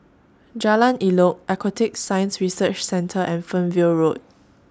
Jalan Elok Aquatic Science Research Centre and Fernvale Road